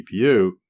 GPU